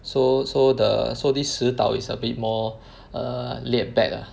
so so the so this 石岛 is a bit more err laid back ah